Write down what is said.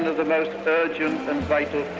the most urgent and vital